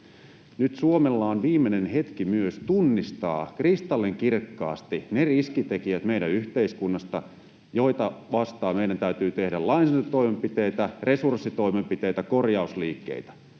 Nyt Suomella on viimeinen hetki myös tunnistaa kristallinkirkkaasti ne riskitekijät meidän yhteiskunnasta, joita vastaan meidän täytyy tehdä lainsäädäntötoimenpiteitä, resurssitoimenpiteitä, korjausliikkeitä.